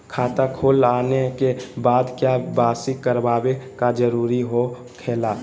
खाता खोल आने के बाद क्या बासी करावे का जरूरी हो खेला?